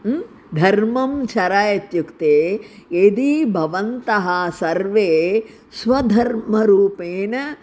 धर्मं चर इत्युक्ते यदि भवन्तः सर्वे स्वधर्मरूपेण